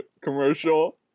commercial